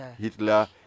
Hitler